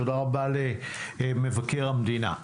תודה רבה למבקר המדינה.